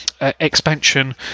expansion